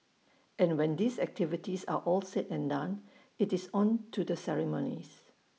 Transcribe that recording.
and when these activities are all said and done IT is on to the ceremonies